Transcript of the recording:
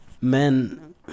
man